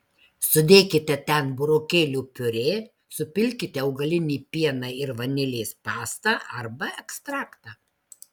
sudėkite ten burokėlių piurė supilkite augalinį pieną ir vanilės pastą arba ekstraktą